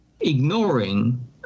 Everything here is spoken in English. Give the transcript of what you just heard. ignoring